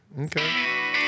Okay